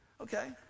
Okay